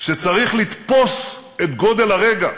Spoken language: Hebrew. שצריך לתפוס את גודל הרגע.